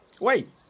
Wait